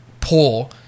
poor